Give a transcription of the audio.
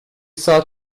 saw